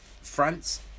France